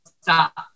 stop